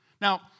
Now